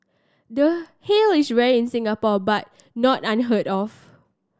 the hail is rare in Singapore but not unheard of